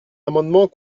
amendements